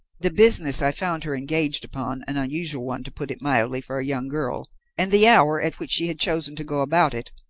the business i found her engaged upon an unusual one, to put it mildly, for a young girl and the hour, at which she had chosen to go about it,